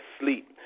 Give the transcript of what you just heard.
sleep